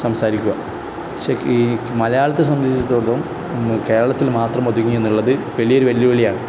സംസാരിക്കുക പക്ഷെ മലയാളത്തെ സംബന്ധിച്ചിടത്തോളം കേരളത്തിൽ മാത്രം ഒതുങ്ങി എന്നുള്ളത് വലിയ ഒരു വെല്ലുവിളിയാണ്